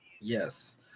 Yes